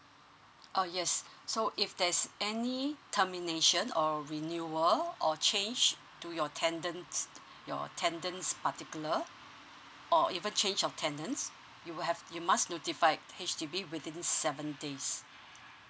oh yes so if there's any termination or renewal or change to your tenants your tenants particular or even change of tenants you will have you must notified H_D_B within seven days